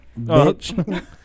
bitch